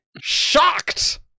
shocked